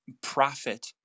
profit